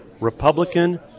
Republican